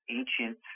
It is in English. ancient